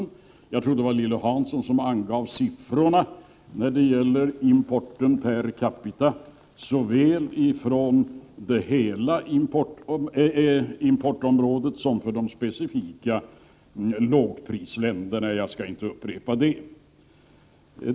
Jag tror att det var Lilly Hansson som angav siffrorna när det gäller importen per capita från såväl hela importområdet som de specifika lågprisländerna. Jag skall inte upprepa dessa siffror.